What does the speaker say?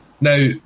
Now